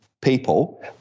people